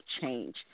change